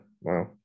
Wow